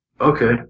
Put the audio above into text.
Okay